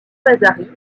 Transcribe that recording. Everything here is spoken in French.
vasari